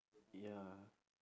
ya